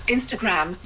Instagram